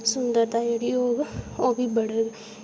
सुंदरता जेह्ड़ी होग ओह् बी बधग